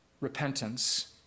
repentance